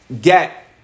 get